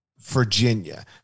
Virginia